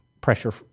pressure